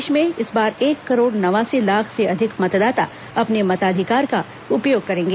प्रदेश में इस बार एक करोड़ नवासी लाख से अधिक मतदाता अपने मताधिकार का उपयोग करेंगे